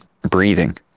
breathing